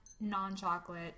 non-chocolate